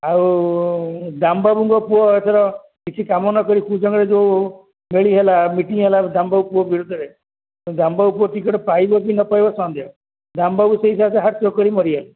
ଆଉ ଦାମବାବୁଙ୍କ ପୁଅ ଏଥର କିଛି କାମ ନକରି କୁଜଙ୍ଗରେ ଯୋଉ ମିଳି ହେଲା ମିଟିଙ୍ଗ ହେଲା ଦାମବାବୁ ପୁଅ ବିରୁଦ୍ଧରେ ଦାମବାବୁ ପୁଅ ଟିକେଟ୍ ପାଇବ କି ନ ପାଇବ ସନ୍ଦେହ ଦାମ ବାବୁ ସେ ହାର୍ଟ ଚୋକ୍ କରି ମରିଗଲେ